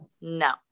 No